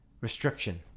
restriction